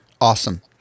Awesome